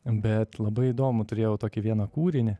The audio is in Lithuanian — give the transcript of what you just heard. bet labai įdomu turėjau tokį vieną kūrinį